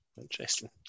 interesting